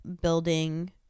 building